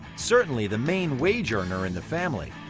certainly the main wage earner in the family.